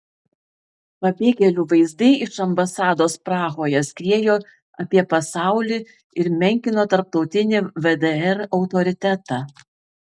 pabėgėlių vaizdai iš ambasados prahoje skriejo apie pasaulį ir menkino tarptautinį vdr autoritetą